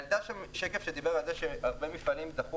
היה שם שקף שדיבר על זה שהרבה מפעלים דחו